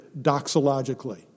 doxologically